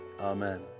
amen